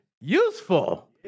useful